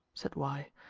said y,